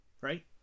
right